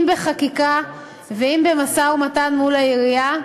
אם בחקיקה ואם במשא-ומתן מול העירייה,